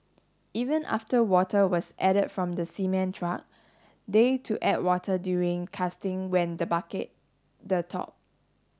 even after water was added from the cement truck they to add water during casting when the bucket the top